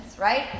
right